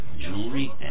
jewelry